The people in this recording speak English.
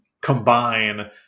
combine